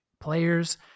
players